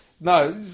No